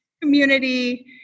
community